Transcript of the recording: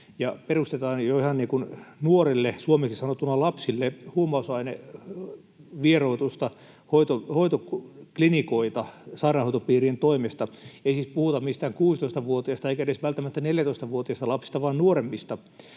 perustetaan jo ihan nuorille, suomeksi sanottuna lapsille, huumausainevieroitusta, hoitoklinikoita sairaanhoitopiirien toimesta. Ei siis puhuta mistään 16-vuotiaista eikä edes välttämättä 14-vuotiaista lapsista vaan nuoremmista.